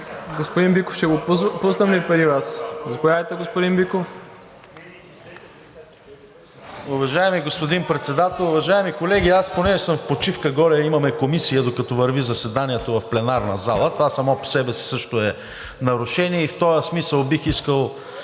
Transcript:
Господин Биков ще го пуснем ли преди Вас? Заповядайте, господин Биков. ТОМА БИКОВ (ГЕРБ-СДС): Уважаеми господин Председател, уважаеми колеги! Аз понеже съм в почивка – горе имаме Комисия, докато върви заседанието в пленарната зала, това само по себе си също е нарушение. В този смисъл бих искал